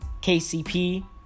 KCP